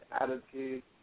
attitude